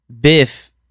biff